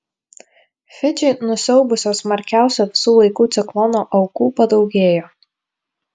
fidžį nusiaubusio smarkiausio visų laikų ciklono aukų padaugėjo